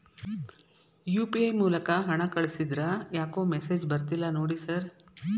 UPI ಮೂಲಕ ಹಣ ಕಳಿಸಿದ್ರ ಯಾಕೋ ಮೆಸೇಜ್ ಬರ್ತಿಲ್ಲ ನೋಡಿ ಸರ್?